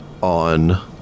on